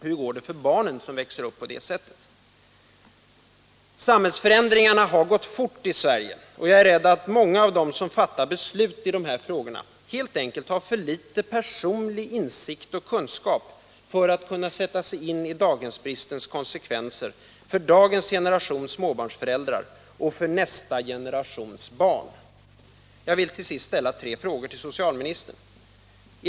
Hur går det för — barnomsorgen barn som växer upp på det sättet? Samhällsförändringarna har gått fort i Sverige. Jag är rädd för att många av dem som beslutar i de här frågorna helt enkelt har för litet personlig insikt och kunskap för att kunna sätta sig in i daghemsbristens konsekvenser för dagens generation småbarnsföräldrar och för nästa generation barn. Jag vill till sist ställa tre frågor till socialministern: 1.